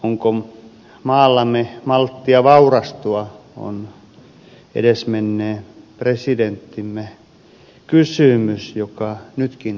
onko maallamme malttia vaurastua on edesmenneen presidenttimme kysymys joka nytkin on ajankohtainen